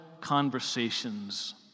conversations